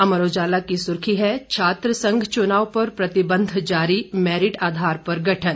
अमर उजाला की सुर्खी है छात्र संघ चुनाव पर प्रतिबंध जारी मेरिट आधार पर गठन